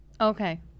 Okay